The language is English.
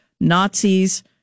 Nazis